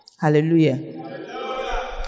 Hallelujah